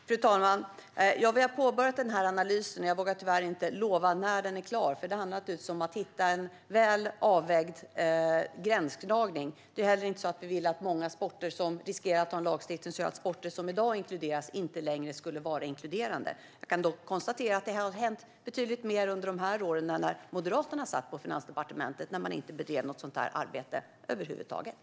Fru talman! Vi har påbörjat analysen, och jag kan tyvärr inte säga när den är klar. Det handlar om att hitta en väl avvägd gränsdragning. Vi vill ju inte ha en lagstiftning där sporter som i dag inkluderas inte längre inkluderas. Det har dock hänt betydligt mer under våra år än när Moderaterna satt på Finansdepartementet. Då bedrevs inget sådant här arbete över huvud taget.